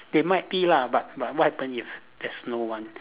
there might be lah but but what happen if there's no one